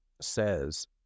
says